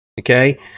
Okay